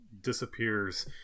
disappears